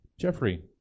Jeffrey